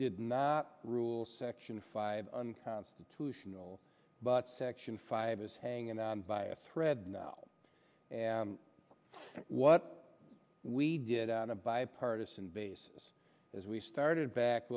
did not rule section five unconstitutional but section five is hanging on by a thread now and what we did on a bipartisan basis as we started back